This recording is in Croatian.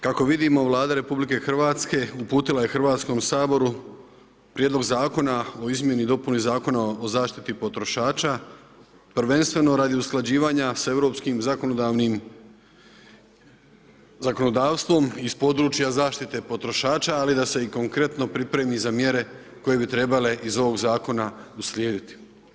Kako vidimo, Vlada RH uputila je Hrvatskom saboru Prijedlog zakona o izmjeni i dopuni Zakona o zaštiti potrošača prvenstveno radi usklađivanja s europskim zakonodavstvom iz područja zaštite potrošača, ali da se i konkretno pripremi za mjere koje bi trebale iz ovog Zakona uslijediti.